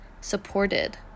supported